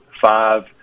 five